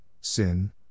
Sin